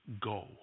go